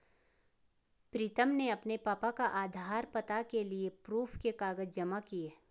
प्रीतम ने अपने पापा का आधार, पता के लिए प्रूफ के कागज जमा किए